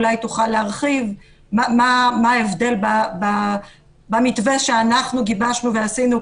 אולי היא תוכל להרחיב מה ההבדל במתווה שאנחנו גיבשנו ועשינו,